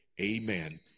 Amen